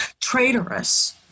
traitorous